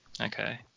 okay